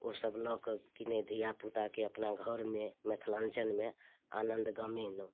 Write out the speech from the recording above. ओसब लऽ कऽ कि ने धिआपुताके अपना घरमे मिथिलाञ्चलमे आनन्द गमेलहुँ